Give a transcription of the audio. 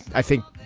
i think,